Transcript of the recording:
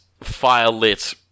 fire-lit